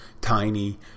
tiny